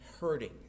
hurting